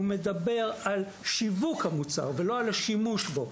הוא מדבר על שיווק המוצר ולא על השימוש בו.